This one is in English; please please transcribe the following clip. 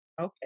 okay